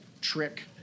trick